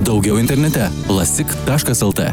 daugiau internete lasik taškas lt